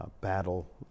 battle